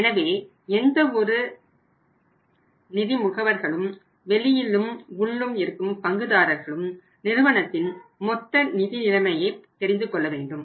எனவே எந்த ஒரு நிதி முகவர்களும் வெளியிளும் உள்ளும் இருக்கும் பங்குதாரர்களும் நிறுவனத்தின் மொத்த நிதி நிலைமையை தெரிந்து கொள்ள வேண்டும்